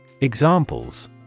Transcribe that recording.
Examples